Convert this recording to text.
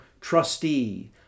trustee